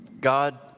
God